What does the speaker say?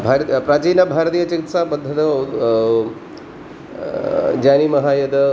भारते प्राचीन भारतीयचिकित्सा पद्धतौ जानीमः यद्